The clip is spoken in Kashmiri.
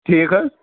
ٹھیٖک حظ